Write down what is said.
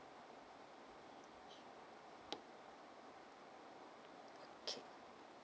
K